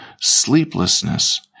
sleeplessness